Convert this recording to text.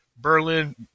Berlin